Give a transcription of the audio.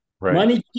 money